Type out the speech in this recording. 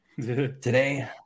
Today